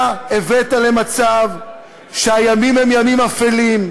אתה הבאת למצב שהימים הם ימים אפלים,